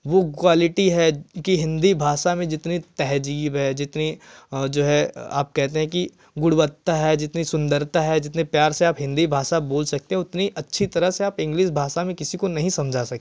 वह क्वालिटी है कि हिंदी भाषा में जितनी तहज़ीब है जितनी जो है आप कहते हैं कि गुणवत्ता है जितनी सुंदरता जितने प्यार से आप हिंदी भाषा बोल सकते हैं उतनी अच्छी तरह से आप इंग्लिश भाषा में किसी को नहीं समझा सकते